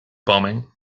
bombing